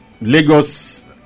Lagos